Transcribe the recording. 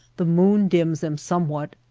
the moon dims them somewhat,